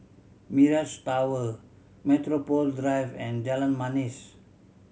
Mirage Tower Metropole Drive and Jalan Manis